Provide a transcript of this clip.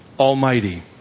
Almighty